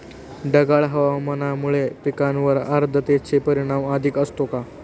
ढगाळ हवामानामुळे पिकांवर आर्द्रतेचे परिणाम अधिक असतो का?